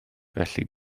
felly